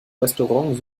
restaurant